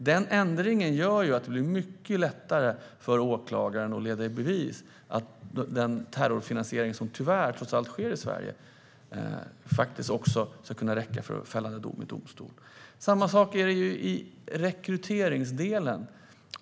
Den ändringen gör att det blir mycket lättare för åklagaren att leda i bevis att den terrorfinansiering som, tyvärr, trots allt sker i Sverige ska kunna räcka för en fällande dom i domstol. Samma sak är det i rekryteringsdelen.